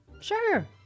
Sure